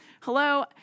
Hello